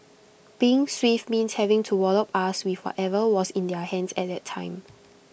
being swift means having to wallop us with whatever was in their hands at the time